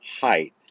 height